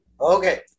Okay